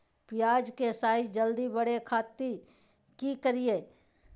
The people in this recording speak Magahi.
प्याज के साइज जल्दी बड़े खातिर की करियय?